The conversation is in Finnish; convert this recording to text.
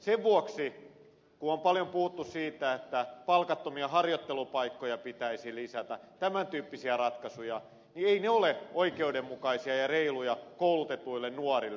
sen vuoksi kun on paljon puhuttu siitä että palkattomia harjoittelupaikkoja pitäisi lisätä tämän tyyppisiä ratkaisuja niin eivät ne ole oikeudenmukaisia ja reiluja koulutetuille nuorille